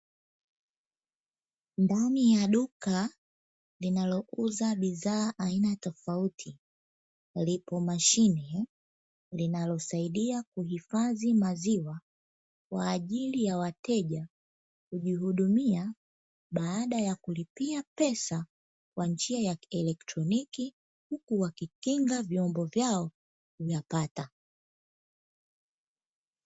Ndani ya duka linaliuza bidhaa aina tofauti, lipo mashine linalosaidia kuhifadhi maziwa kwa ajili ya wateja kujihudumia, baada ya kulipia pesa kwa njia ya kielektroniki huku wakikinga vyombo vyao vya pata.